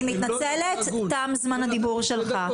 יואל, אני מתנצלת, תם זמן הדיבור שלך.